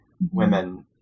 women